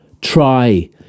Try